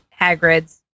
Hagrid's